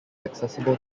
accessible